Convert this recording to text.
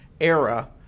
era